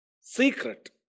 secret